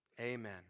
amen